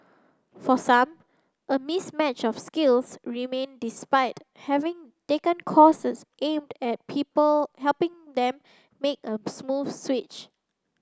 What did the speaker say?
for some a mismatch of skills remain despite having taken courses aimed at people helping them make a smooth switch